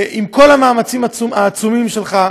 עם כל המאמצים העצומים שלך,